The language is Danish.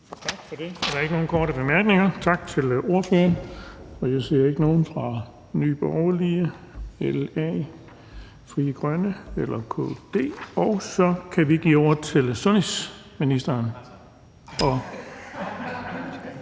Tak for det. Der er ikke nogen korte bemærkninger. Tak til ordføreren. Jeg ser ikke nogen fra Nye Borgerlige, LA, Frie Grønne eller KD. Så kan vi give ordet til sundhedsministeren,